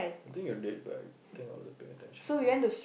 I think you're late but think not paying attention I guess